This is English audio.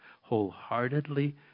wholeheartedly